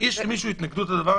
יש למישהו התנגדות לכך?